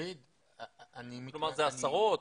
כלומר זה עשרות?